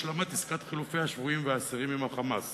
מייד את סוגיית החייל החטוף סמ"ר גלעד